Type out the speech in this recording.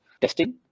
testing